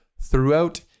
throughout